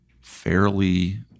fairly